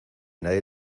nadie